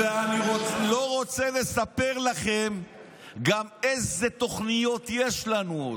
ואני לא רוצה לספר לכם גם איזה עוד תוכניות יש לנו.